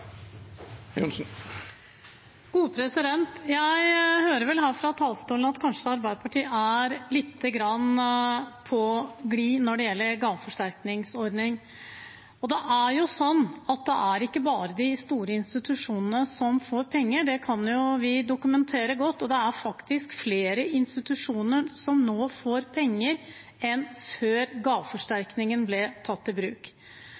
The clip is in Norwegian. Jeg hører vel her fra talerstolen at Arbeiderpartiet kanskje er lite grann på glid når det gjelder gaveforsterkningsordningen. Det er jo sånn at det er ikke bare de store institusjonene som får penger. Det kan vi dokumentere godt. Det er faktisk flere institusjoner som nå får penger, enn før gaveforsterkningen ble tatt i bruk.